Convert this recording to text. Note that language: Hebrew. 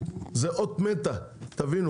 זאת אות מתה, תבינו